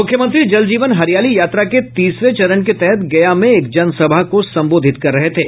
मुख्यमंत्री जल जीवन हरियाली यात्रा के तीसरे चरण के तहत गया में एक जनसभा को संबोधित कर रहे थे